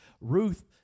Ruth